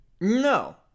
No